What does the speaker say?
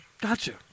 Gotcha